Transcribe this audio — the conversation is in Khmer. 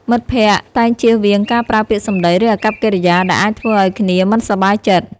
មិត្តភក្តិតែងជៀសវាងការប្រើពាក្យសម្ដី ឬអាកប្បកិរិយាដែលអាចធ្វើឲ្យគ្នាមិនសប្បាយចិត្ត។